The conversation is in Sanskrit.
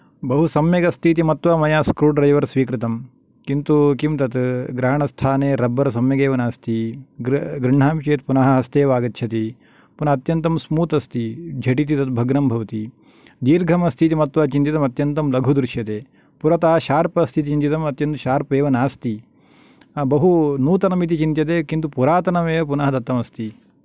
बहु सम्यगस्ति इति मत्त्वा मया स्क्रूड्रैवर् स्वीकृतं किन्तु किं तत् ग्रहणस्थाने रब्बर् सम्यगेव नास्ति गृ गृह्णामि चेत् पुनः हस्ते एव आगच्छति पुनः अत्यन्तं स्मूत् अस्ति झटिति तद् भग्नं भवति दीर्घमस्ति इति मत्त्वा चिन्तितम् अत्यन्तं लघु दृश्यते पुरतः शार्प् अस्ति इति चिन्तितम् अत्यन्तं शार्पे एव नास्ति बहु नूतनम् इति चिन्तते किन्तु पुरातनमेव पुनः दत्तमस्ति